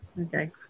Okay